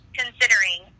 considering